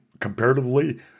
Comparatively